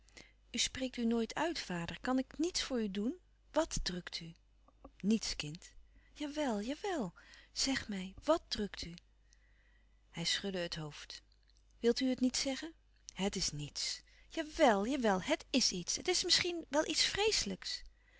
spreekt u nooit uit vader kan ik niets voor u doen wàt drukt u niets kind jawel jawel zeg mij wàt drukt u hij schudde het hoofd wil u het niet zeggen het is niets jawel jawel het is iets het is misschien wel iets vreeslijks